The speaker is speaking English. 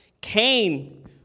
Cain